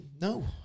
No